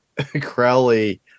Crowley